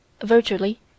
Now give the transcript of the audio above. Virtually